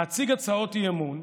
להציג הצעות אי-אמון,